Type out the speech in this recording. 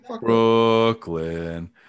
Brooklyn